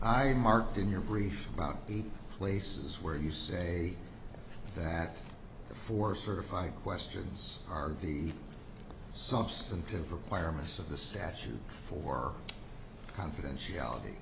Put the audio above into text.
remarked in your brief about the places where you say that the four certified questions are the substantive requirements of the statute for confidentiality